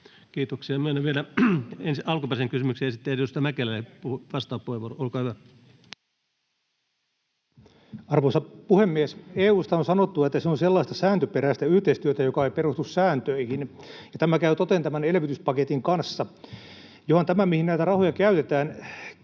Kiitoksia. — Myönnän vielä alkuperäisen kysymyksen esittäjälle, edustaja Mäkelälle, vastauspuheenvuoron. Olkaa hyvä. Arvoisa puhemies! EU:sta on sanottu, että se on sellaista sääntöperäistä yhteistyötä, joka ei perustu sääntöihin, ja tämä käy toteen tämän elvytyspaketin kanssa. Johan tämä, mihin näitä rahoja käytetään,